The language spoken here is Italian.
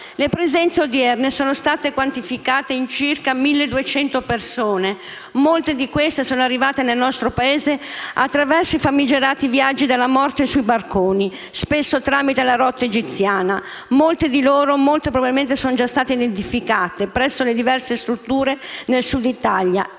Le presenze odierne sono state quantificate in circa 1.200 persone, molte delle quali sono arrivate nel nostro Paese attraverso i famigerati viaggi della morte sui barconi, spesso tramite la rotta egiziana. Molte di loro probabilmente sono già state identificate presso le diverse strutture nel Sud Italia